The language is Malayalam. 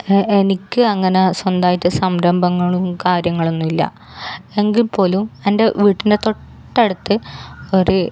എനിക്ക് അങ്ങനെ സ്വന്തമായിട്ട് സംരംഭങ്ങളും കാര്യങ്ങളൊന്നുമില്ലാ എങ്കിൽ പോലും എൻ്റെ വീട്ടിൻ്റെ തൊട്ടടുത്ത് ഒരു